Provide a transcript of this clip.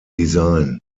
design